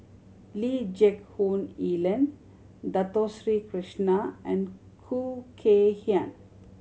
Lee Geck Hoon Ellen Dato Sri Krishna and Khoo Kay Hian